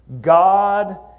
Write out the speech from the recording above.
God